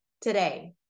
today